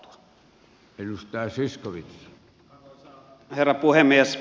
arvoisa herra puhemies